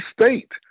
State